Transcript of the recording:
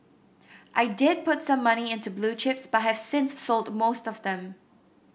I did put some money into blue chips but have since sold off most of them